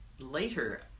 later